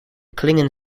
klingon